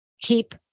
keep